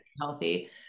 healthy